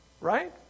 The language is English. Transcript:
right